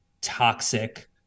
toxic